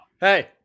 Hey